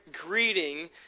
greeting